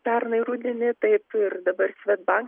pernai rudenį taip ir dabar svedbank